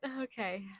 Okay